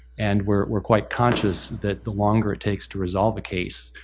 and we're we're quite conscious that the longer it takes to resolve the case,